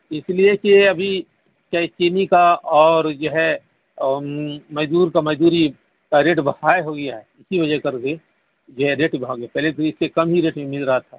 اس لیے کہ ابھی چینی کا اور جو ہے مزدور کا مزدوری کا ریٹ بڑھائے ہوا ہے اسی وجہ کر کے جو ہے ریٹ بہت ہے پہلے تو اس سے کم ہی ریٹ میں مل رہا تھا